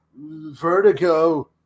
vertigo